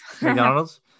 McDonald's